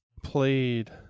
Played